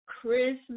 Christmas